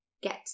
get